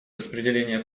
распределения